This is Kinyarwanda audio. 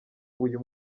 uyu